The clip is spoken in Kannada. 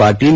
ಪಾಟೀಲ್